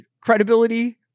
credibility